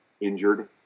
injured